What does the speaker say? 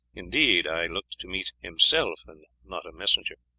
indeed, i looked to meet himself and not a messenger.